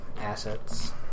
assets